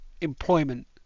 employment